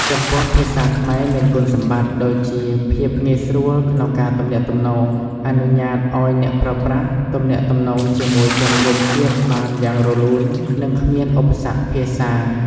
ចំពោះភាសាខ្មែរមានគុណសម្បត្តិដូចជាភាពងាយស្រួលក្នុងការទំនាក់ទំនង អនុញ្ញាតឲ្យអ្នកប្រើប្រាស់ទំនាក់ទំនងជាមួយជនរួមជាតិបានយ៉ាងរលូន និងគ្មានឧបសគ្គភាសា។